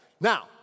Now